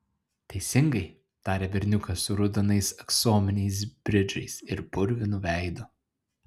teisingai tarė berniukas su raudonais aksominiais bridžais ir purvinu veidu